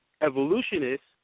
evolutionists